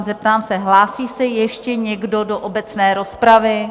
Zeptám se, hlásí se ještě někdo do obecné rozpravy?